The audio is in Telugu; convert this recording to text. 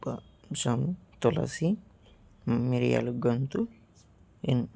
ఒక కొంచెం తులసి మిరియలు గొంతు